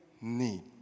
need